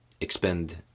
expend